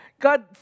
God